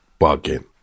bugging